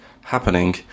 happening